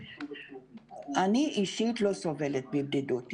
אני אישית לא סובלת מבדידות,